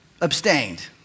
abstained